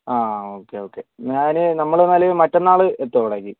ആഹ് okay okay ഞാൻ നമ്മൾ എന്നാൽ മറ്റന്നാൾ എത്തും അവിടേയ്ക്ക്